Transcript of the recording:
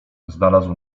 znalazł